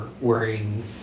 wearing